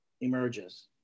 emerges